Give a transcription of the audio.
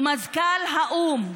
ומזכ"ל האו"ם,